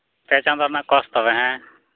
ᱯᱮ ᱪᱟᱸᱫᱳ ᱨᱮᱱᱟᱜ ᱠᱳᱨᱥ ᱛᱚᱵᱮ ᱦᱮᱸ